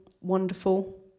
wonderful